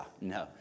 No